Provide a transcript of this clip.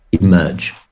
emerge